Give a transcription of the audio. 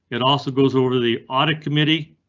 it also goes over the audit committee.